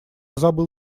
забыл